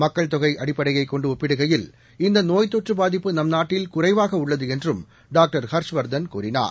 மக்கள் தொகைஅடிப்படையைகொண்டுஒப்பிடுகையில் இந்தநோய் தொற்றுபாதிப்பு நாட்டல் நம் குறைவாகஉள்ளதுஎன்றும் டாக்டர் ஹர்ஷவர்தன் கூறினார்